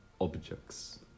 objects